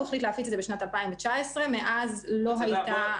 הוא החליט להפיץ את זה בשנת 2019 ומאז לא -- מצדה,